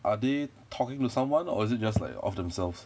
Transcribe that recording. are they talking to someone or is it just like of themselves